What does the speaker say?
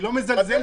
הופתעתי